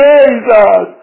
Jesus